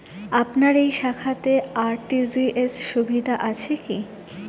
আপনার এই শাখাতে আর.টি.জি.এস সুবিধা আছে কি?